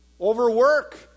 overwork